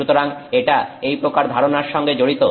সুতরাং এটা এই প্রকার ধারণার সঙ্গে জড়িত